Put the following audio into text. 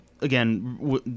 again